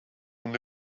only